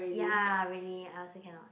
ya really I also cannot